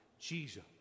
jesus